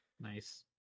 Nice